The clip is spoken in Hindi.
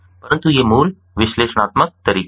परंतु ये मूल विश्लेषणात्मक तरीके हैं